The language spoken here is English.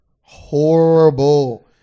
Horrible